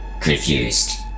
Confused